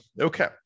okay